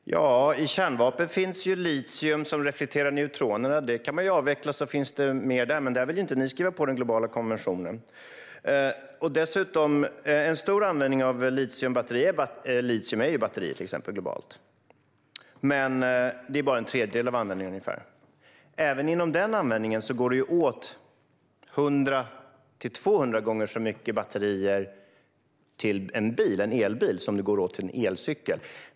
Fru talman! Ja, i kärnvapen finns litium som reflekterar neutroner. Det kan man avveckla. Då finns det mer där. Men ni vill inte skriva på den globala konventionen. En stor del av användningen av litium handlar om batterier, till exempel, globalt. Men det är bara ungefär en tredjedel av användningen. När det gäller den användningen kan jag säga att det går åt 100-200 gånger så mycket batterier till en elbil som det går åt till en elcykel.